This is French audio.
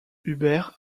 hubert